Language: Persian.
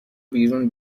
بیرون